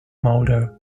mulder